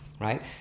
right